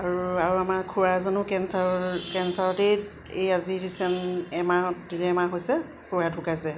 আৰু আৰু আমাৰ খুৰা এজনো কেঞ্চাৰ কেঞ্চাৰতেই এই আজি ৰিচেণ্ট এমাহত ডেৰ মাহ হৈছে